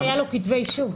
אז לא היו לו כתבי אישום.